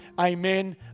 Amen